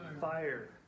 fire